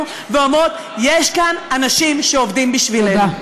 ואומרות: יש כאן אנשים שעובדים בשבילנו.